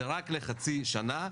זה רק לחצי שנה.